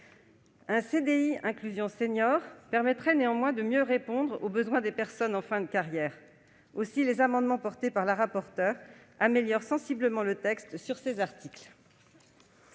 Un CDI « inclusion senior » permettrait néanmoins de mieux répondre aux besoins des personnes en fin de carrière. Les amendements présentés par Mme la rapporteure améliorent sensiblement le texte de ces articles.